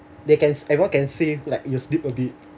they can everyone can see like you slip a bit